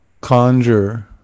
conjure